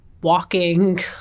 walking